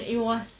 mmhmm